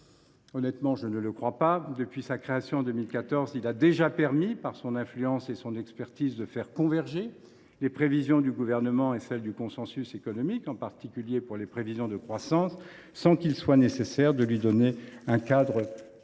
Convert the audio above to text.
Honnêtement, je ne le pense pas. Depuis sa création en 2014, il a déjà permis, par son influence et son expertise, de faire converger les prévisions du Gouvernement et celles du consensus économique, en particulier pour les prévisions de croissance, sans qu’il soit nécessaire de lui donner un cadre plus